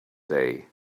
day